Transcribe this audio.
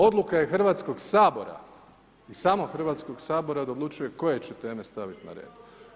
Odluka je Hrvatskog sabora i samo Hrvatskog sabor da odlučuje koje će teme staviti na red.